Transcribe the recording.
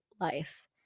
life